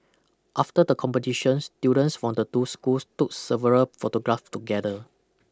after the competitions students from the two schools took several photographs together